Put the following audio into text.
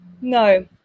No